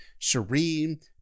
Shireen